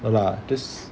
no lah just